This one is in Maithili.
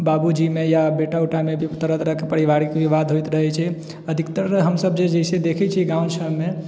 बाबूजीमे या बेटा उटामे भी तरह तरहके पारिवारिक विवाद होइत रहै छै अधिकतर हमसब जैसे देखै छियै गाँव सबमे की